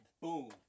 Boom